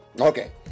Okay